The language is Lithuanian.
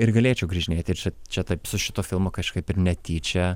ir galėčiau grįžinėti ir čia čia taip su šituo filmu kažkaip ir netyčia